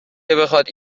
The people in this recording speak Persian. بخواد